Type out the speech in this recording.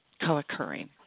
co-occurring